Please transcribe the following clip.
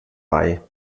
bei